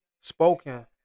spoken